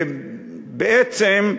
בעצם,